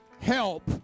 help